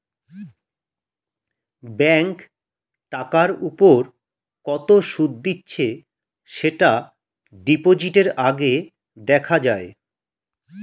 bank টাকার উপর কত সুদ দিচ্ছে সেটা ডিপোজিটের আগে দেখা যায়